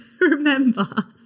remember